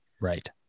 Right